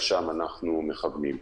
לשם אנחנו מכוונים.